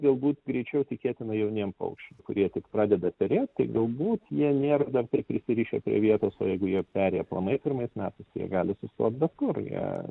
galbūt greičiau tikėtina jauniem paukščiam kurie tik pradeda perėt tai galbūt jie nėr dar taip prisirišę prie vietos o jeigu jie peri aplamai pirmais metais jie gali sustot bet kur jie